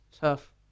tough